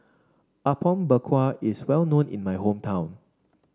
Apom Berkuah is well known in my hometown